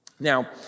Now